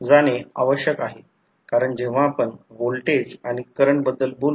फक्त एकच गोष्ट मी सांगेन की कोणतेही पुस्तक वाचा आणि कोर टाईप आणि शेल टाईप यातील फरक पहा की मुख्य फरक काय आहे